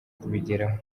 kubigeraho